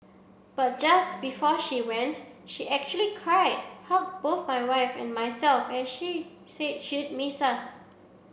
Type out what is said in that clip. but just before she went she actually cried hugged both my wife and myself and she said she'd miss us